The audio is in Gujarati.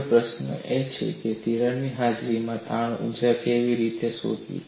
હવે પ્રશ્ન એ છે કે તિરાડની હાજરીમાં તાણ ઊર્જા કેવી રીતે શોધવી